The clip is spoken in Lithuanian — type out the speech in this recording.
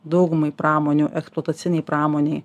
daugumai pramonių eksploatacinei pramonei